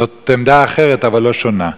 זאת עמדה אחרת, אבל לא שונה.